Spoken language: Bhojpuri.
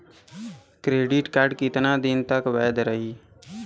क्रेडिट कार्ड कितना दिन तक वैध रही?